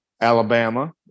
Alabama